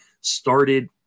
started